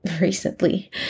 recently